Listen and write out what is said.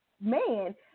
man